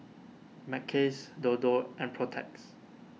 Mackays Dodo and Protex